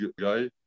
guy